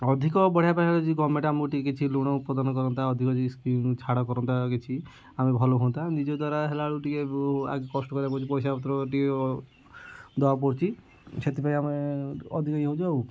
ଅଧିକ ବଢ଼ିଆ ପାଇଁ ଗର୍ମେଣ୍ଟ ଆମକୁ ଟିକେ ଋଣ ପ୍ରଦାନ କରନ୍ତା ଅଧିକ ସ୍କିମ୍ ଛାଡ଼ କରନ୍ତା କିଛି ଆମେ ଭଲ ହୁଅନ୍ତା ନିଜ ଦ୍ୱାରା ହେଲା ବେଳକୁ ଟିକେ କଷ୍ଟ କରିବାକୁ ପଡ଼ୁଛି ପଇସା ପତ୍ର ଟିକେ ଦେବାକୁ ପଡ଼ୁଛି ସେଥିପାଇଁ ଆମେ ଅଧିକ ଇଏ ହେଉଛି ଆଉ